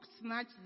snatch